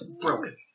broken